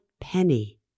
penny